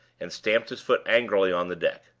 and stamped his foot angrily on the deck.